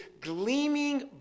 gleaming